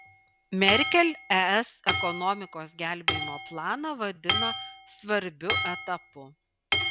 merkel es ekonomikos gelbėjimo planą vadina svarbiu etapu